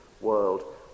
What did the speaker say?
world